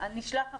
נשלח עכשיו.